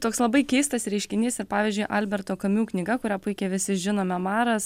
toks labai keistas reiškinys ir pavyzdžiui alberto kamiu knyga kurią puikiai visi žinome maras